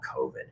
COVID